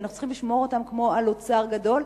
ואנחנו צריכים לשמור עליהם כמו על אוצר גדול.